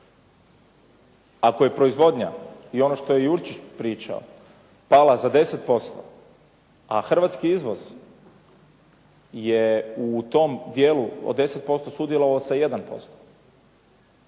Ako je proizvodnja i ono što je Jurčić pričao pala za 10%, a hrvatski izvoz je u tom dijelu od 10% sudjelovao sa 1%,